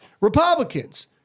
Republicans